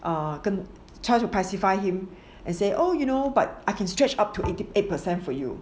um try to pacify him and say you know but I can stretch up to eighty eight percent for you